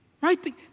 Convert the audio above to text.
right